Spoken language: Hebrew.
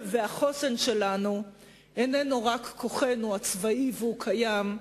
והחוסן שלנו איננו רק כוחנו הצבאי, והוא קיים,